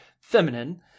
feminine